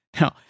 No